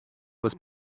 was